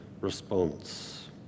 response